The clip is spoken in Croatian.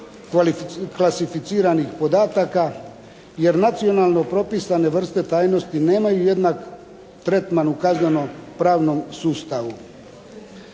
klasificiranih podataka jer nacionalne propisane vrste tajnosti nemaju jednak tretman u kazneno-pravnom sustavu.